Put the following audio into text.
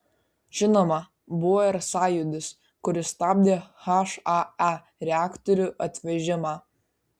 žinoma buvo ir sąjūdis kuris stabdė hae reaktorių atvežimą